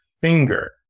finger